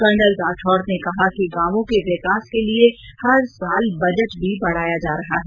colonel Rathod ने कहा कि गांवों के विकास के लिए हर साल बजट भी बढाया जा रहा है